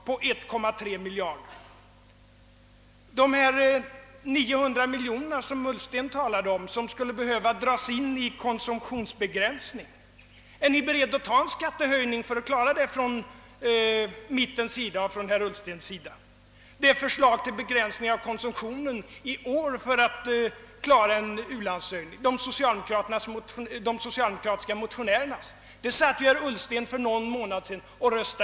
Är herrarna i mitten och herr Ullsten beredda att ta en skattehöjning för att klara de 900 miljoner kronor, vilka enligt herr Ullsten skulle behöva dras in i form av konsumtionsbegränsning? De socialdemokratiska motionärernas förslag till begränsning av konsumtionen i år för att klara en ökad u-hjälp röstade herr Ullsten ned för någon månad sedan.